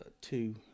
two